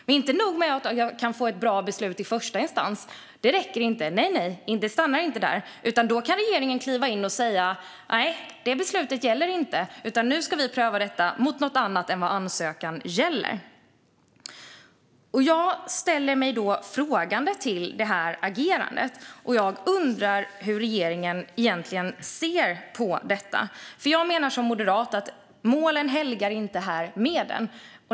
Det är inte nog med att jag kan få ett bra beslut i första instans - det räcker inte, och det stannar inte där - utan regeringen kan kliva in och säga att beslutet inte gäller och att frågan ska prövas mot något annat än vad ansökan gäller. Jag ställer mig frågande till agerandet, och jag undrar hur regeringen egentligen ser på detta. Jag menar som moderat att ändamålet här inte helgar medlen.